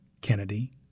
Kennedy